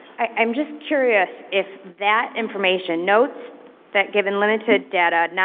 i'm just curious if that information notes that given limited data,